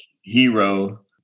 hero